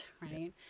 right